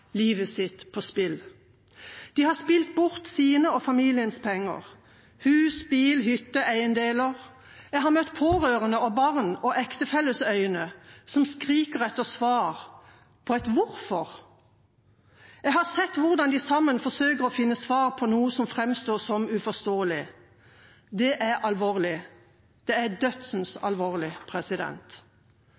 livet sitt på spill. De har spilt bort sine og familiens penger – hus, bil, hytte, eiendeler. Jeg har møtt pårørende, barn og ektefelles øyne som skriker etter et svar på hvorfor. Jeg har sett hvordan de sammen forsøker å finne svar på noe som framstår som uforståelig. Det er alvorlig. Det er dødsens alvorlig.